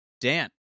Dan